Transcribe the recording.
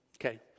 Okay